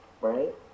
right